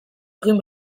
egin